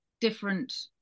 different